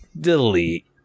Delete